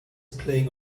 playing